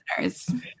listeners